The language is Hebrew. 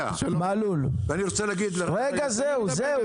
ואני רוצה להגיד --- זהו.